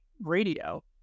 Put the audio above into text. radio